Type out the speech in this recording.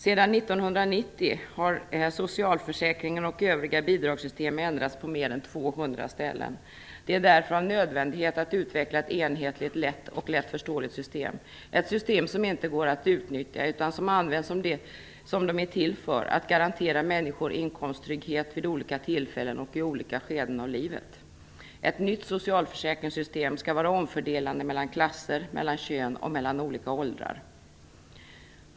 Sedan 1990 har socialförsäkringen och övriga bidragssystem ändrats på mer än 200 ställen. Det är därför av nödvändighet att utveckla ett enhetligt, lätt och lättförståeligt system, ett system som inte går att utnyttja, utan som används för det som det är till för - att garantera människor inkomsttrygghet vid olika tillfällen och i olika skeden av livet. Ett nytt socialförsäkringssystem skall vara omfördelande mellan klasser, mellan kön och mellan olika åldrar.